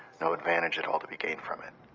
advantage at all to be gained from it,